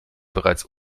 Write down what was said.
bereits